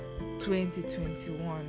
2021